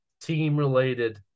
team-related